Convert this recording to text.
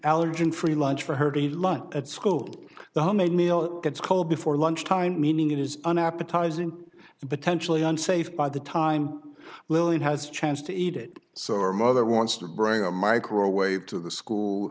allergen free lunch for her to eat lunch at school the homemade meal it gets called before lunch time meaning it is an appetizing the potentially unsafe by the time lilian has chance to eat it so her mother wants to bring a microwave to the school